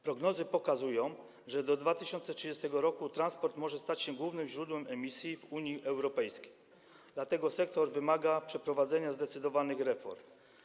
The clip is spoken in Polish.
Prognozy pokazują, że do 2030 r. transport może stać się głównym źródłem emisji w Unii Europejskiej, dlatego sektor wymaga przeprowadzenia zdecydowanych reform.